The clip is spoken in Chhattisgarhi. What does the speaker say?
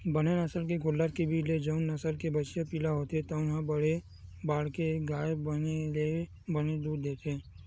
बने नसल के गोल्लर के बीज ले जउन नसल के बछिया पिला होथे तउन ह बड़े बाड़के गाय बने ले बने दूद देथे